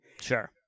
Sure